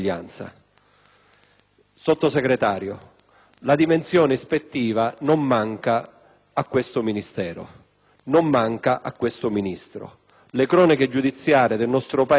Sottosegretario Caliendo, la dimensione ispettiva non manca a questo Ministero, né manca all'attuale Ministro. Le cronache giudiziarie del nostro Paese sono piene di